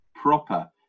proper